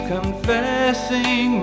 Confessing